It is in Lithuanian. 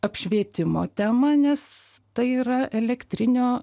apšvietimo temą nes tai yra elektrinio